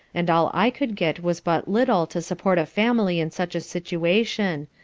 and all i could get was but little to support a family in such a situation,